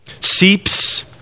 seeps